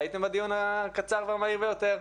הייתם בדיון הקצר והמהיר ביותר.